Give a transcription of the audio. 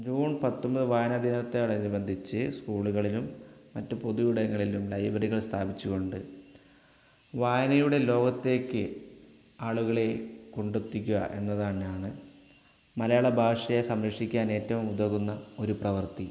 June പത്തൊൻപത് വായനാദിനത്തോടനുബന്ധിച്ച് സ്കൂളുകളിലും മറ്റു പൊതു ഇടങ്ങളിലും ലൈബ്രറികൾ സ്ഥാപിച്ചുകൊണ്ട് വായനയുടെ ലോകത്തേക്ക് ആളുകളെ കൊണ്ടെത്തിക്കുക എന്നത് തന്നെയാണ് മലയാള ഭാഷയെ സംരക്ഷിക്കാൻ ഏറ്റവും ഉതകുന്ന ഒരു പ്രവർത്തി